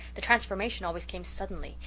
the transformation always came suddenly.